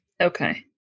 Okay